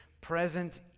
present